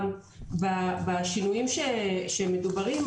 בשינויים שמדוברים,